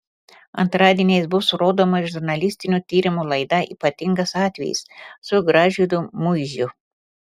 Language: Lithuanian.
antradieniais bus rodoma žurnalistinių tyrimų laida ypatingas atvejis su gražvydu muižiu